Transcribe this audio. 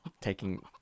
taking